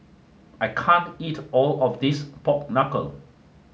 I can't eat all of this pork knuckle